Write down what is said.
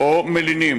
או מלינים,